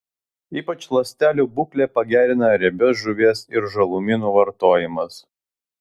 ypač ląstelių būklę pagerina riebios žuvies ir žalumynų vartojimas